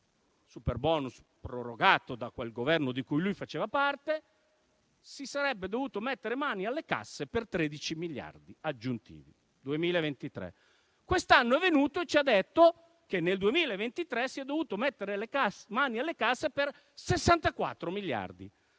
(superbonus prorogato da quel Governo di cui lui faceva parte), si sarebbe dovuto mettere mano alle casse per 13 miliardi aggiuntivi. Questo nel 2023. Quest'anno è venuto e ci ha detto che nel 2023 si è dovuto mettere mani alle casse per 64 miliardi.